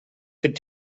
could